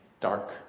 dark